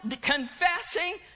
confessing